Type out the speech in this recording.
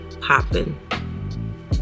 popping